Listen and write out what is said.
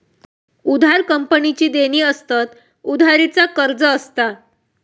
उधार कंपनीची देणी असतत, उधारी चा कर्ज असता